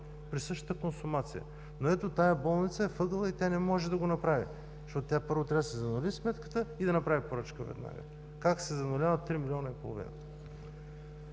при същата консумация. Ето, обаче тази болница е в ъгъла и не може да го направи. Първо, тя трябва да си занули сметката и да направи поръчка веднага. Как се зануляват 3 милиона и половина?